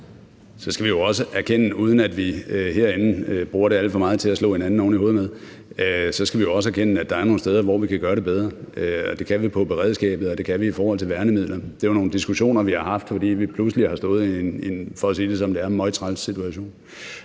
så skal vi også erkende – uden at vi herinde bruger det alt for meget til at slå hinanden oven i hovedet med – at der er nogle steder, hvor vi kan gøre det bedre, og det kan vi på beredskabet, og det kan vi i forhold til værnemidler. Det er jo nogle diskussioner, vi har haft, fordi vi pludselig har stået i en – for at sige det, som det er – møg træls situation.